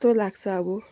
कस्तो लाग्छ अब